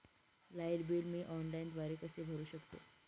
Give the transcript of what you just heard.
Light bill मी ऑनलाईनद्वारे कसे भरु शकतो?